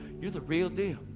you're the real deal.